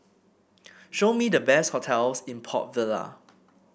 show me the best hotels in Port Vila